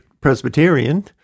Presbyterian